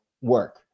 work